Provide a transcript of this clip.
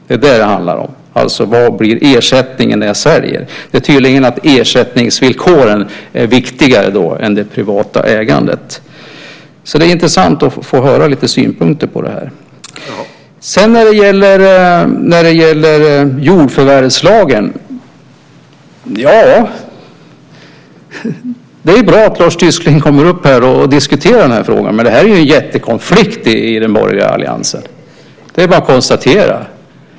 Det är det som det handlar om, alltså vad ersättningen blir när jag säljer. Det är tydligt att ersättningsvillkoren är viktigare än det privata ägandet. Det skulle vara intressant att få höra lite synpunkter på det. När det gäller jordförvärvslagen är det bra att Lars Tysklind kommer upp i talarstolen och diskuterar frågan. Det är ju en jättekonflikt i den borgerliga alliansen. Det är bara att konstatera.